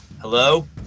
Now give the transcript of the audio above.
hello